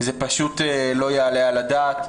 זה פשוט לא יעלה על הדעת,